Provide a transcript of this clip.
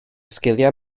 sgiliau